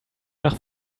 nach